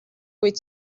kuid